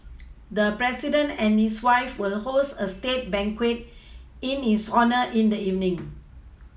the president and his wife will host a state banquet in his honour in the evening